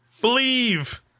believe